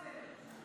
פיליבסטר,